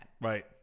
Right